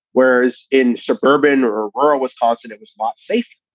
whereas in suburban or rural wisconsin, it was not safe.